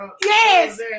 yes